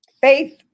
Faith